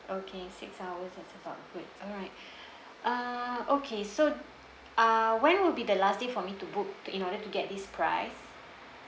okay six hours that's about good alright uh okay so ah when will be the last day for me to book in order to get this price